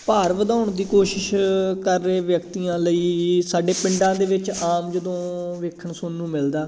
ਭਾਰ ਵਧਾਉਣ ਦੀ ਕੋਸ਼ਿਸ਼ ਕਰ ਰਹੇ ਵਿਅਕਤੀਆਂ ਲਈ ਸਾਡੇ ਪਿੰਡਾਂ ਦੇ ਵਿੱਚ ਆਮ ਜਦੋਂ ਦੇਖਣ ਸੁਣਨ ਨੂੰ ਮਿਲਦਾ